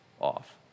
off